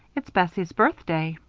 it's bessie's birthday.